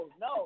no